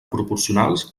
proporcionals